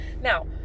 Now